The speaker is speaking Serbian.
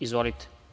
Izvolite.